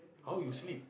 how you sleep